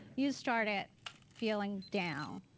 you started feeling down.